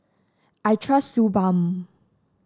I trust Suu Balm